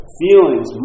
feelings